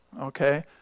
Okay